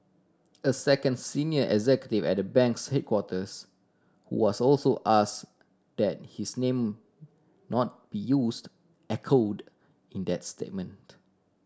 a second senior executive at the bank's headquarters who was also asked that his name not be used echoed in that statement